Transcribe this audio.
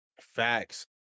Facts